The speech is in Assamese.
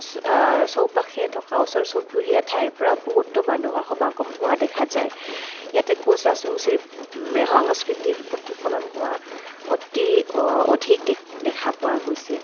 চৌপাশে থকা ওচৰ চুবুৰীয়া ঠাইৰ পৰা বহুতো মানুহৰ সমাগম হোৱা দেখা যায় ইয়াতে কোচ ৰাজবংশীৰ সংস্কৃতিৰ প্ৰতিফলন হোৱা অতি অধিক দে দেখা পোৱা গৈছে